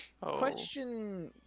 question